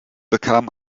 bekam